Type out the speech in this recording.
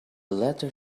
letter